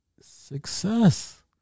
Success